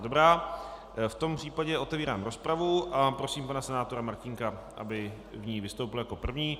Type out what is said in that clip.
Dobrá, v tom případě otevírám rozpravu a prosím pana senátora Martínka, aby v ní vystoupil jako první.